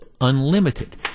unlimited